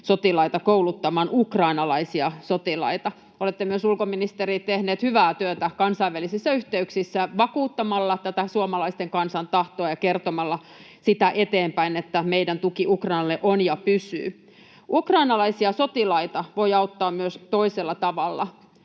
sotilaita kouluttamaan ukrainalaisia sotilaita. Olette myös, ulkoministeri, tehnyt hyvää työtä kansainvälisissä yhteyksissä vakuuttamalla tätä suomalaisten kansan tahtoa ja kertomalla eteenpäin sitä, että meidän tuki Ukrainalle on ja pysyy. Ukrainalaisia sotilaita voi auttaa myös toisella tavalla.